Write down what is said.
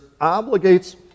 obligates